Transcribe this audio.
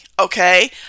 okay